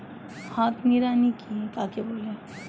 হাত নিড়ানি কাকে বলে?